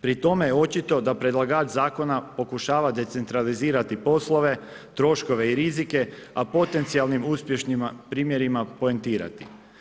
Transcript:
Pri tome je očito da predlagač zakona pokušava decentralizirati poslove, troškove i rizike a potencijalnim uspješnima primjerim poentirati.